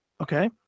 Okay